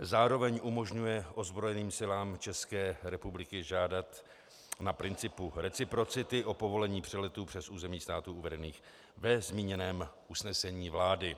Zároveň umožňuje ozbrojeným silám České republiky žádat na principu reciprocity o povolení přeletů přes území států uvedených ve zmíněném usnesení vlády.